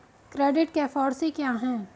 Credit के four C क्या हैं?